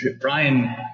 Brian